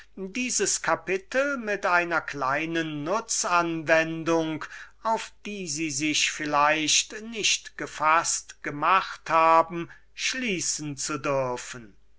dieses kapitel mit einer kleinen nutzanwendung auf die sie sich vielleicht nicht gefaßt gemacht haben schließen zu dürfen